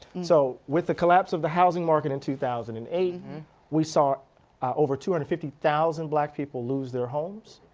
so with the collapse of the housing market in two thousand and eight we saw over two hundred and fifty thousand black people lose their homes.